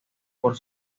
por